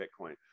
Bitcoin